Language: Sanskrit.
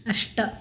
अष्ट